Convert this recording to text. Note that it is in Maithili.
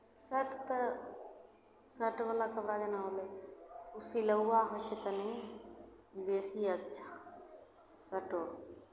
शर्ट तऽ शर्टवला कपड़ा जेना होलै ओ सिलौआ होइ छै तनि बेसी अच्छा शर्टो